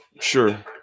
Sure